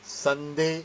sunday